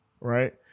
right